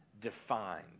defined